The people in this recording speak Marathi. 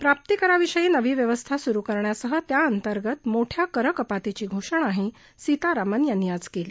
प्राप्तीकराविषयी नवी व्यवस्था सुरु करण्यासह त्याअंतर्गत मोठ्या करकपातीची घोषणाही सीतारामन यांनी आज केली